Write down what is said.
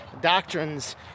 doctrines